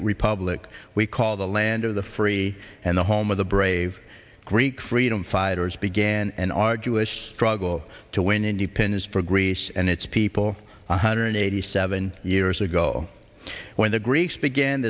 republic we call the land of the free and the home of the brave greek freedom fighters began and our jewish struggle to win independence for greece and its people one hundred eighty seven years ago when the greeks began